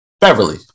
Beverly